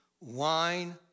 wine